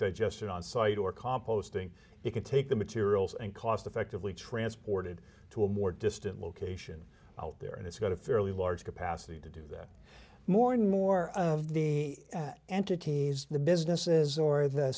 digestion on site or composting it can take the materials and cost effectively transported to a more distant location out there and it's got a fairly large capacity to do that more and more of the entities the businesses or the